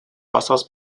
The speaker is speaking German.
wassers